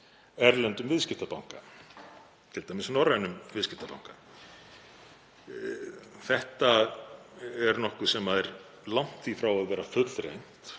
erlendum viðskiptabanka, t.d. norrænum viðskiptabanka. Þetta er nokkuð sem er langt í frá að vera fullreynt.